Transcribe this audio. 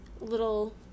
little